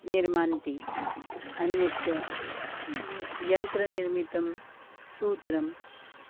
निर्मान्ति अन्यच्च यन्त्रनिर्मितं सूत्रं